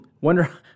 Wonder